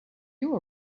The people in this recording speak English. you